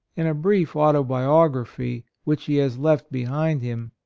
in a brief autobiography which he has left behind him,